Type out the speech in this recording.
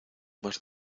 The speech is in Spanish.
más